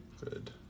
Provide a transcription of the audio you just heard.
Good